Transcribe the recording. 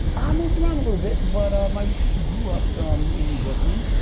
i moved around a little bit, but, um i grew up in brooklyn.